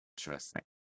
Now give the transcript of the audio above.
interesting